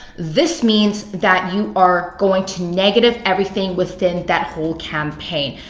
this means that you are going to negative everything within that whole campaign.